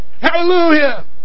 Hallelujah